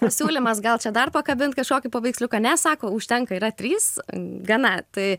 pasiūlymas gal čia dar pakabint kažkokį paveiksliuką ne sako užtenka yra trys gana tai